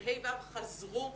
שילדי ה'-ו' חזרו,